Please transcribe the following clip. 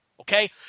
okay